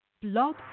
Blog